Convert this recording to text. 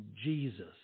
Jesus